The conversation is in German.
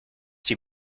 die